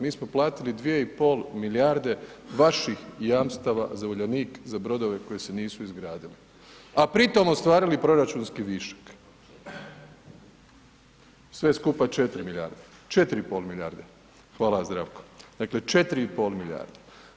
Mi smo platili 2,5 milijarde vaših jamstava za Uljanik, za brodove koje se nisu izgradili, a pri tom ostvarili proračunski višak sve skupa 4 milijarde, 4,5 milijarde, hvala Zdravko, dakle, 4,5 milijarde.